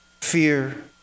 fear